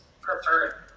preferred